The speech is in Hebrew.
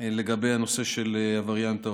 לגבי הנושא של הווריאנט ההודי.